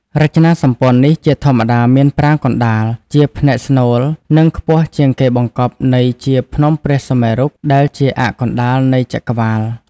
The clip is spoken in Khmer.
រចនាសម្ព័ន្ធនេះជាធម្មតាមានប្រាង្គកណ្តាល ជាផ្នែកស្នូលនិងខ្ពស់ជាងគេបង្កប់ន័យជា ភ្នំព្រះសុមេរុ ដែលជាអ័ក្សកណ្តាលនៃចក្រវាឡ។